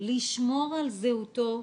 לשמור על זהותו,